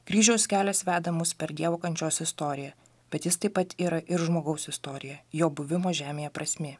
kryžiaus kelias veda mus per dievo kančios istoriją bet jis taip pat yra ir žmogaus istorija jo buvimo žemėje prasmė